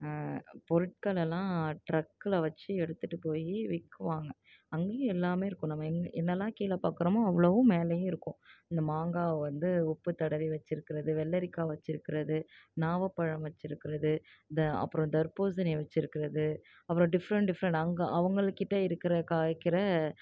பொருட்களலாம் ட்ரக்கில் வச்சு எடுத்துட்டு போய் விக்குவாங்க அங்கேயும் எல்லாமே இருக்கும் நம்ம என்னெல்லாம் கீழே பார்க்குறோமோ அவ்வளவும் மேலேயும் இருக்கும் அந்த மாங்காவை வந்து உப்பு தடவி வச்சுருக்குறது வெள்ளரிக்காய் வச்சுருக்குறது நாவல்பழம் வச்சுருக்குறது இந்த அப்புறம் தர்பூசணி வச்சுருக்குறது அப்புறம் டிஃப்ரெண்ட் டிஃப்ரெண்ட் அங்கே அவங்கள்கிட்ட இருக்கின்ற காய்க்கின்ற